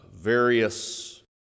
various